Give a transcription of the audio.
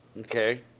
Okay